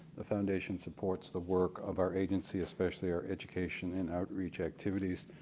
the foundation supports the work of our agency, especially our education and outreach activities,